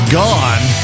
gone